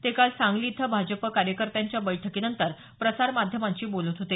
ते काल सांगली इथं भाजप कार्यकर्त्यांच्या बैठकीनंतर प्रसार माध्यमांशी बोलत होते